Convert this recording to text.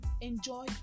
enjoy